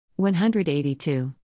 182